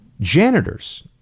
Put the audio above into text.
janitors